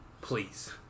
Please